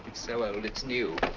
it's so old it's new.